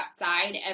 outside